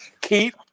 Keep